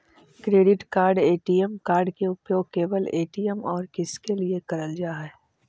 Credit card ATM card के उपयोग केवल ए.टी.एम और किसके के लिए करल जा है?